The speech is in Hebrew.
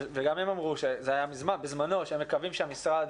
גם הם אמרו בזמנו שהם מקווים שהמשרד